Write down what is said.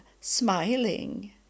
smiling